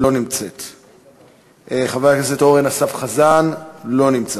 לא נמצאת, חבר הכנסת אורן אסף חזן, לא נמצא.